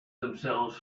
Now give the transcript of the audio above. themselves